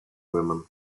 women